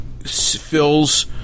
fills